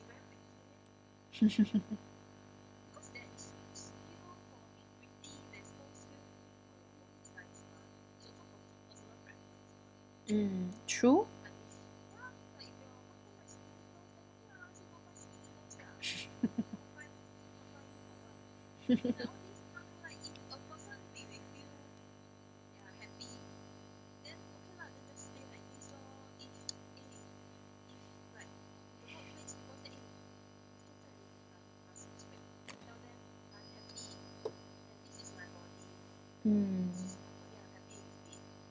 mm true mm